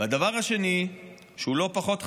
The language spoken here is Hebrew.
והדבר השני בגזענות, שהוא לא פחות חמור,